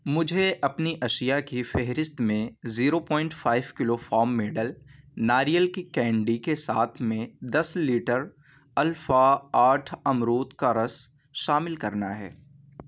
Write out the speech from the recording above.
مجھے اپنی اشیا کی فہرست میں zero point five kilo farm medal ناریل کی کینڈی کے ساتھ میں دس لیٹر الفا آٹھ امرود کا رس شامل کرنا ہے